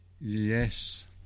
Yes